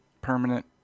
permanent